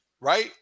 right